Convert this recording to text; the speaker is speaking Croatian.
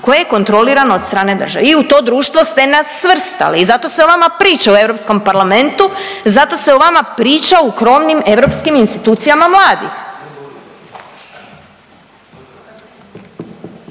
koje je kontrolirano od strane države i u to društvo ste nas svrstali i zato se o vama priča u Europskom parlamentu, zato se o vama priča u krovnim europskim institucijama mladih.